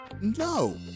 No